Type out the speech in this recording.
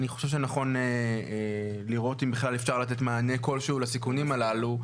אני חושב שנכון לראות אם בכלל אפשר לתת מענה כלשהו לסיכונים הללו,